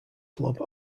club